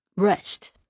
Rest